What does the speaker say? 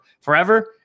forever